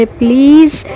please